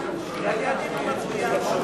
אי-אמון בממשלה